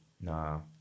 No